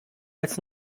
als